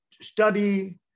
study